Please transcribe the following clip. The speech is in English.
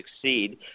succeed